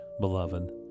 beloved